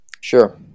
Sure